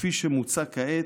כפי שמוצע כעת,